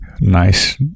nice